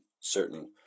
certain